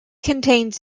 contains